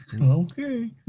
Okay